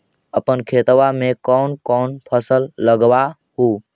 अपन खेतबा मे कौन कौन फसल लगबा हू?